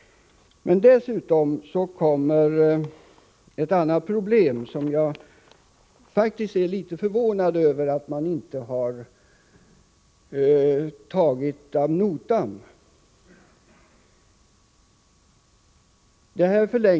Därtill kommer ett annat problem, som jag faktiskt är litet förvånad över att man inte har tagit ad notam.